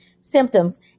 symptoms